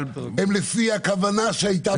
אבל --- הן לפי הכוונה שהייתה בהתחלה.